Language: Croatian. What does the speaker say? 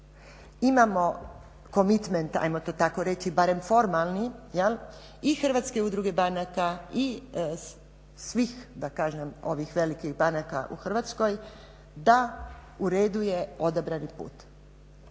Imamo Commitment ajmo to tako reći barem formalni i hrvatske udruge banaka i svih ovih velikih banaka u Hrvatskoj da uredu je odabrani put.